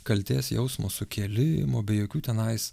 kaltės jausmo sukėlimo be jokių tenais